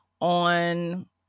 on